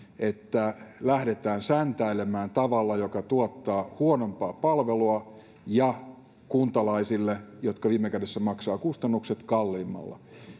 että lähdetään säntäilemään tavalla joka tuottaa huonompaa palvelua ja kuntalaisille jotka viime kädessä maksavat kustannukset kalliimmalla